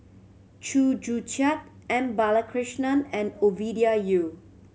Chew Joo Chiat M Balakrishnan and Ovidia Yu